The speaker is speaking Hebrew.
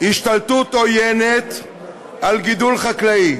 השתלטות עוינת על גידול חקלאי